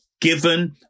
given